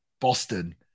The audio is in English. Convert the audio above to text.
Boston